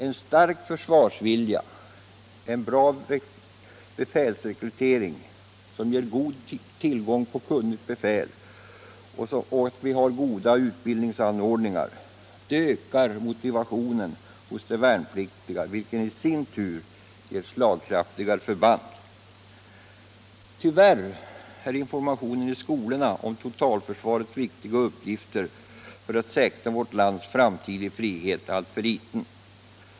En stark försvarsvilja, en bra befälsrekrytering, som ger god tillgång på kunnigt befäl, och goda utbildningsanordningar ökar motivationen hos de värnpliktiga, vilket i sin tur ger slagkraftigare förband. Tyvärr är informationen i skolorna om totalförsvarets viktiga uppgifter för att säkra vårt lands framtid i frihet alltför liten.